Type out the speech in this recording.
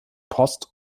post